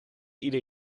ieder